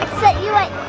set you right